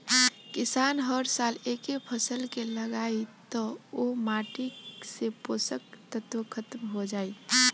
किसान हर साल एके फसल के लगायी त ओह माटी से पोषक तत्व ख़तम हो जाई